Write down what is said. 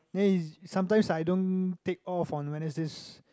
then it's is sometimes I don't take off on Wednesdays